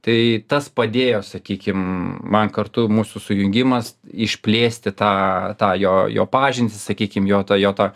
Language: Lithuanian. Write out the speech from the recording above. tai tas padėjo sakykim man kartu mūsų sujungimas išplėsti tą tą jo jo pažintis sakykim jo tą jo tą